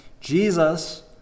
Jesus